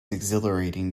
exhilarating